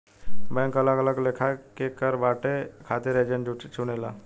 bank अलग अलग लेखा के कर बांटे खातिर एजेंट चुनेला